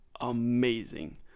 amazing